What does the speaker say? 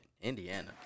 Indiana